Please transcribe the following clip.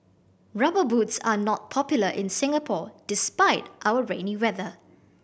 Rubber Boots are not popular in Singapore despite our rainy weather